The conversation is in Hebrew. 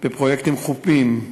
בפרויקטים חופיים.